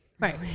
Right